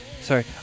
Sorry